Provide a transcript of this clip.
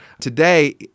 today